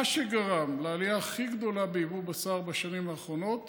מה שגרם לעלייה הכי גדולה ביבוא בשר בשנים האחרונות